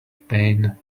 pain